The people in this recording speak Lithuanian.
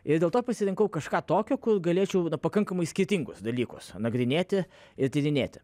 ir dėl to pasirinkau kažką tokio kur galėčiau pakankamai skirtingus dalykus nagrinėti ir tyrinėti